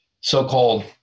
so-called